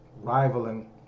rivaling